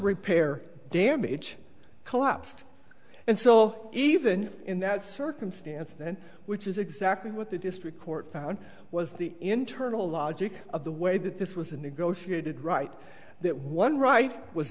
repair damage collapsed and so even in that circumstance then which is exactly what the district court found was the internal logic of the way that this was a negotiated right that one right was